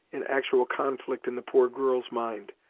in actual conflict in the poor girl's mind,